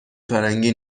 فرنگی